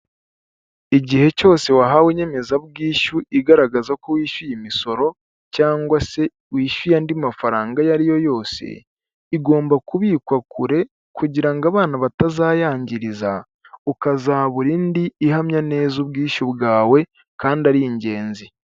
Igihe cyose wahawe inyemezabwishyu igaragaza ko wishyuye imisoro cyangwa se wishyuye andi mafaranga iyo ari yo yose, igomba kubikwa kure, kugira abana batazayangiriza, ukazabura indi ihamya neza ubwishyu bwawe, kandi ari ingenzi.